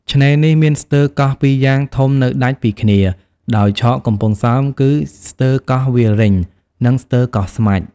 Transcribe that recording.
ឆ្នេរនេះ មានស្ទើរកោះពីរយ៉ាងធំនៅដាច់ពីគ្នា ដោយឆកកំពង់សោមគឺ ស្ទើរកោះវាលរេញ និងស្ទើរកោះស្មាច់ ។